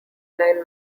line